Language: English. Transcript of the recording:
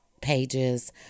pages